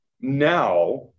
now